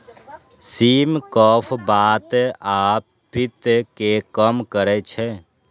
सिम कफ, बात आ पित्त कें कम करै छै